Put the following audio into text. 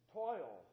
toil